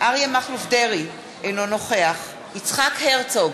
אריה מכלוף דרעי, אינו נוכח יצחק הרצוג,